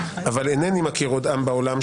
אבל אינני מכיר עוד עם בעולם,